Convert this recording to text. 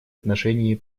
отношении